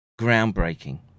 groundbreaking